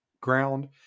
ground